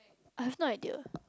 I've no idea